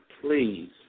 Please